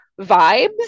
vibes